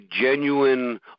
genuine